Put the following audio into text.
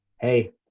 hey